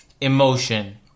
emotion